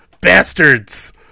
bastards